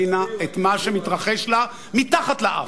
הממשלה הזאת לא הבינה את מה שמתרחש לה מתחת לאף.